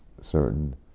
certain